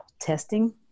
testing